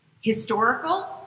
historical